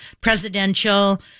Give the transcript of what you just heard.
presidential